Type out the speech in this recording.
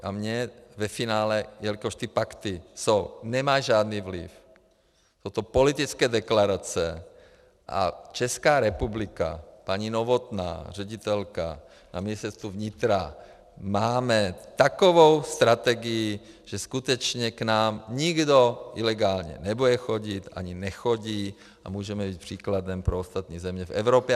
A mě ve finále, jelikož ty pakty nemají žádný vliv, jsou to politické deklarace a Česká republika, paní Novotná, ředitelka na Ministerstvu vnitra, máme takovou strategii, že skutečně k nám nikdo ilegálně nebude chodit, ani nechodí a můžeme jít příkladem pro ostatní země v Evropě.